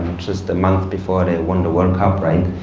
just a month before they won the world cup, right?